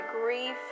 grief